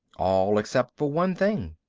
all except for one thing.